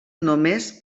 només